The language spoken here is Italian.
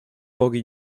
pochi